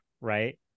right